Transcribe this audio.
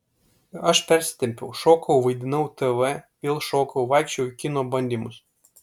aš persitempiau šokau vaidinau tv vėl šokau vaikščiojau į kino bandymus